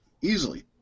Easily